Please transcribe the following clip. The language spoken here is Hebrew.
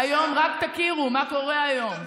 אבל דודי, אתה מפריע לי.